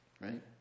Right